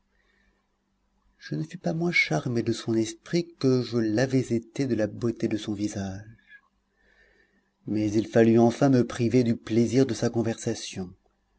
je ne fus pas moins charmé de son esprit que je l'avais été de la beauté de son visage mais il fallut enfin me priver du plaisir de sa conversation